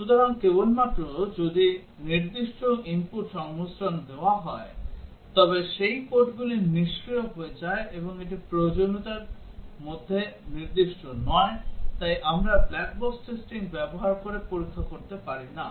সুতরাং কেবলমাত্র যদি নির্দিষ্ট input সংমিশ্রণ দেওয়া হয় তবে সেই কোডগুলি সক্রিয় হয়ে যায় এবং এটি প্রয়োজনীয়তার মধ্যে নির্দিষ্ট নয় তাই আমরা ব্ল্যাক বক্স টেস্টিং ব্যবহার করে পরীক্ষা করতে পারি না